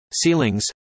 ceilings